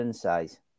size